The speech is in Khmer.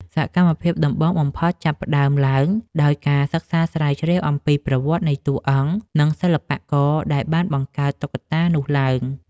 សកម្មភាពដំបូងបំផុតចាប់ផ្ដើមឡើងដោយការសិក្សាស្រាវជ្រាវអំពីប្រវត្តិនៃតួអង្គ និងសិល្បករដែលបានបង្កើតតុក្កតានោះឡើង។